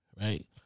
right